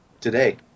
Today